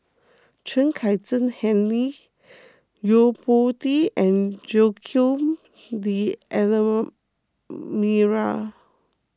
Chen Kezhan Henri Yo Po Tee and Joaquim D'Almeida